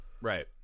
right